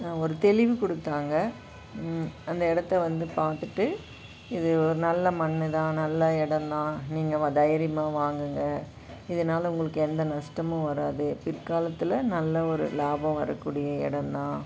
ஒரு தெளிவு கொடுத்தாங்க அந்த இடத்த வந்து பார்த்துட்டு இது ஒரு நல்ல மண் தான் நல்ல இடம் தான் நீங்கள் தைரியமாக வாங்குங்க இதனால் உங்களுக்கு எந்த நஷ்டமும் வராது பிற்காலத்தில் நல்ல ஒரு லாபம் வரக்கூடிய இடம் தான்